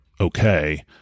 okay